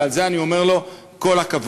ועל זה אני אומר לו: כל הכבוד.